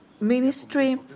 Ministry